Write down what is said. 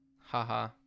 haha